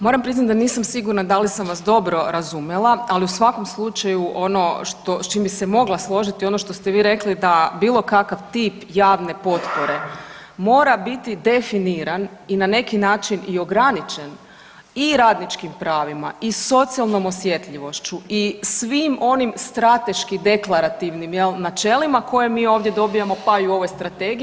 Moram priznati da nisam sigurna da li sam vas dobro razumjela, ali u svakom slučaju ono s čim bih se mogla složiti, ono što ste vi rekli da bilo kakav tip javne potpore mora biti definiran i na neki način i ograničen i radničkim pravima i socijalnom osjetljivošću i svim onim strateški deklarativnim načelima koje mi ovdje dobivamo pa i u ovoj strategiji.